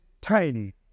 tiny